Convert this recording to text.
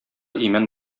имән